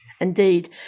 Indeed